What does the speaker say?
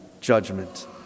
judgment